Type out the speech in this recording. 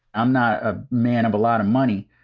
i'm not a man of a lot of money,